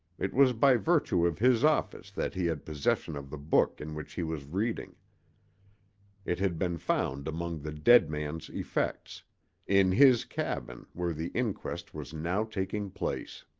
it was by virtue of his office that he had possession of the book in which he was reading it had been found among the dead man's effects in his cabin, where the inquest was now taking place.